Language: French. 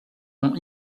ont